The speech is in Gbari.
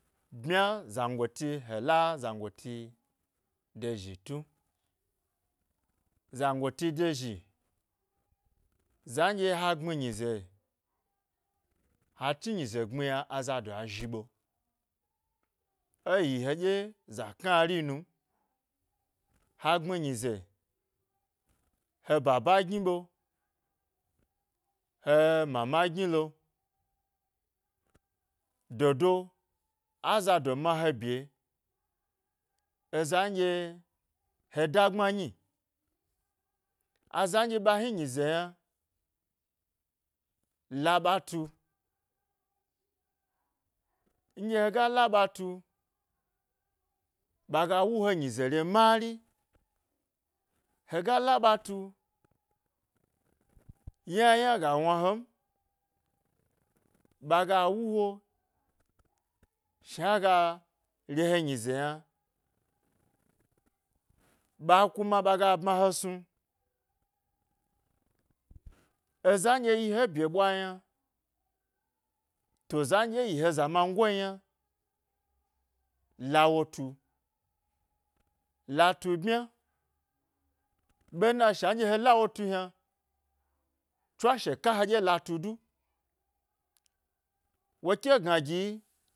Bmya zangotė he la zangotė do zhi tui zangoti dozhi, za nɗye ha gbmi nyize, ha chni nyi za gbmi yna, azado a zhi ɓo, eyi keɗye za knari num, ha gbmi nyize, he baba gni ɓe, hee mama gnilo, dodo, azado ma he bye, eza nɗye he da gbma nyi, aza nɗye hni e nyize yna, la ɓa tu nɗye hega la ɓa tu ɓaga wu he nyize re mari hega laɓa tu yna yna ga wna hen ɓaga wu he, shna hega re he nyize yna, ɓa kuma ɓaga bma he snu. Eza nɗye yi he bye ɓwa yna to za nɗye wo yi he zamangon yna lawo tu, latu bmya ɓena shna nɗye he lawo tu yna tswasheka heɗye latu du wo ke gna giyi.